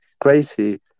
crazy